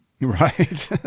Right